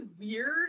weird